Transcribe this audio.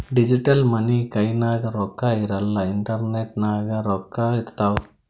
digital money ಕೈನಾಗ್ ರೊಕ್ಕಾ ಇರಲ್ಲ ಇಂಟರ್ನೆಟ್ ನಾಗೆ ರೊಕ್ಕಾ ಇರ್ತಾವ್